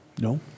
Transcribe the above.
No